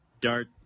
Dart